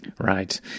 Right